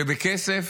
שבכסף